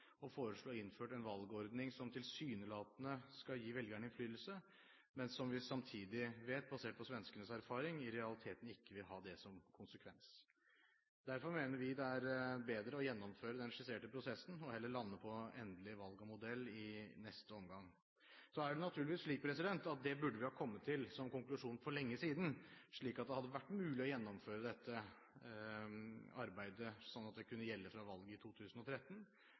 å foreslå innført en valgordning som tilsynelatende skal gi velgerne innflytelse, men som vi samtidig vet, basert på svenskenes erfaring, i realiteten ikke vil ha det som konsekvens. Derfor mener vi det er bedre å gjennomføre den skisserte prosessen og heller lande på endelig valg av modell i neste omgang. Så er det naturligvis slik at det burde vi ha kommet til som konklusjon for lenge siden, slik at det hadde vært mulig å gjennomføre dette arbeidet så det kunne gjelde fra valget i 2013.